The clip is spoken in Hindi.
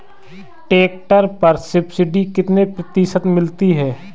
ट्रैक्टर पर सब्सिडी कितने प्रतिशत मिलती है?